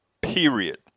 Period